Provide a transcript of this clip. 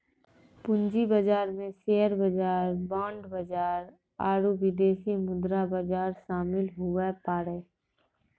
पूंजी बाजार मे शेयर बाजार बांड बाजार आरू विदेशी मुद्रा बाजार शामिल हुवै पारै